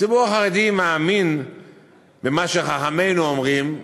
הציבור החרדי מאמין במה שחכמינו אומרים: